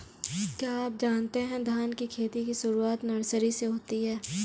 क्या आप जानते है धान की खेती की शुरुआत नर्सरी से होती है?